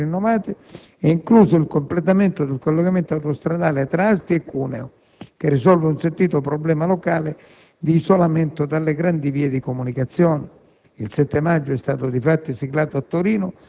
Tra le opere più rilevanti oggetto delle convenzioni così rinnovate, è incluso il completamento del collegamento autostradale tra Asti e Cuneo, che risolve un sentito problema locale di isolamento dalle grandi vie di comunicazione.